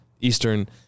Eastern